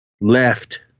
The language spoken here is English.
left